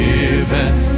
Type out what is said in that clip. Given